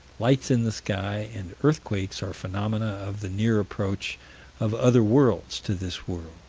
lights in the sky, and earthquakes are phenomena of the near approach of other worlds to this world.